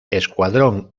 escuadrón